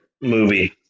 movie